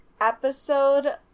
episode